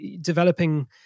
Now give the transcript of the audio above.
developing